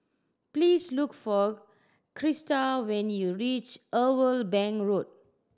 please look for Christa when you reach Irwell Bank Road